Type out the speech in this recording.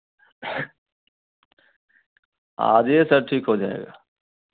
आ जाईए सर ठीक हो जाएगा